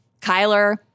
Kyler